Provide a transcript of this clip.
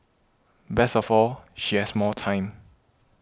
best of all she has more time